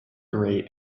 rate